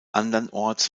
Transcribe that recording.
andernorts